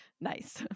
Nice